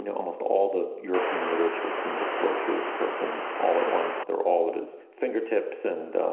you know almost all the european literatures seem to flow through his person all at once. they're all at his fingertips and.